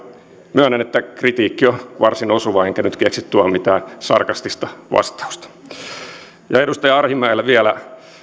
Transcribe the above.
myönnän että kritiikki on varsin osuva enkä nyt keksi tuohon mitään sarkastista vastausta ja edustaja arhinmäelle vielä